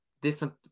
different